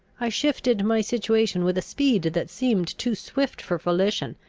i shifted my situation with a speed that seemed too swift for volition,